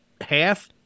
half